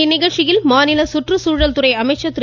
இந்நிகழ்ச்சியில் மாநில சுற்றுச்சூழல் துறை அமைச்சர் திரு